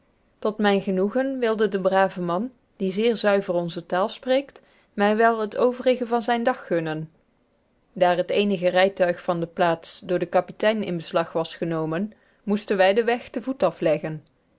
tot mijn genoegen wilde de brave man die zeer zuiver onze taal spreekt mij wel het overige van zijnen dag gunnen daar het eenige rijtuig van de plaats door den kapitein in beslag was genomen moesten wij den weg te voet afleggen